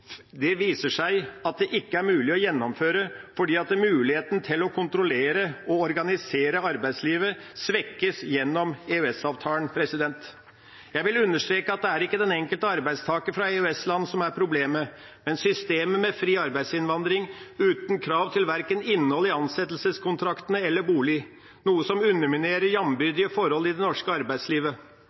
viser seg ikke å være mulig å gjennomføre fordi muligheten til å kontrollere og organisere arbeidslivet svekkes gjennom EØS-avtalen. Jeg vil understreke at det er ikke den enkelte arbeidstaker fra EØS-land som er problemet, men systemet med fri arbeidsinnvandring uten krav til verken innhold i ansettelseskontraktene eller bolig, noe som underminerer jambyrdige forhold i det norske arbeidslivet.